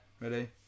ready